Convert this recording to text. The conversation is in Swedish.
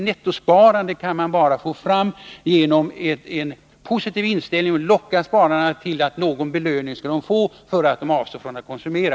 Nettosparande kan man bara få fram genom en positiv inställning och genom att locka spararna med att de skall få någon belöning för att de avstår från att konsumera.